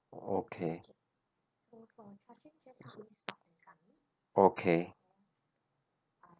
okay okay